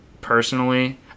personally